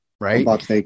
right